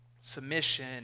submission